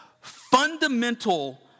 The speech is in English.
fundamental